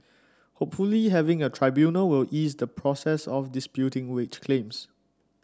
hopefully having a tribunal will ease the process of disputing wage claims